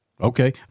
Okay